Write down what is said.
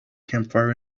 campfire